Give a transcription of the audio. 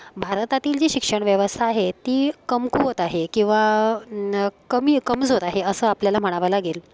भारतातील जी शिक्षण व्यवस्था आहे ती कमकुवत आहे किंवा न कमी कमजोर आहे असं आपल्याला म्हणावं लागेल